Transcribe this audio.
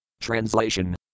TRANSLATION